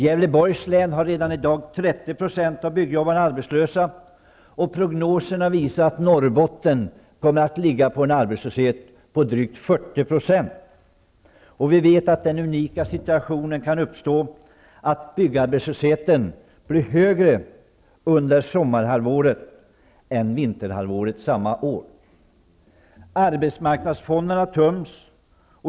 Gävleborgs län har redan i dag 30 % av byggjobbarna arbetslösa, och prognoserna visar att Norrbotten kommer att ligga på en arbetslöshet av drygt 40 %. Vi vet att den unika situationen kan uppstå att byggarbetslösheten blir högre under sommarhalvåret än under vinterhalvåret samma år. Arbetsmarknadsfonderna töms.